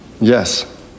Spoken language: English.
yes